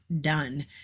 done